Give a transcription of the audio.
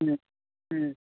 ꯎꯝ ꯎꯝ